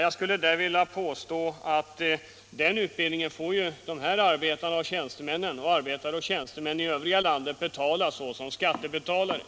Jag skulle vilja påstå att den utbildningen får de här arbetarna och tjänstemännen och arbetare och tjänstemän i landet i övrigt betala såsom skattebetalare.